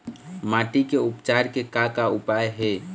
माटी के उपचार के का का उपाय हे?